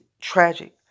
Tragic